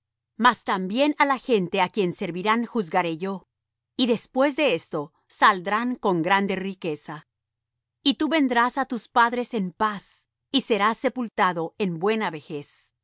mas también á la gente á quien servirán juzgaré yo y después de esto saldrán con grande riqueza y tú vendrás á tus padres en paz y serás sepultado en buena vejez